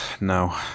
no